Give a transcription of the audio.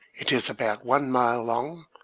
it is about one mile long,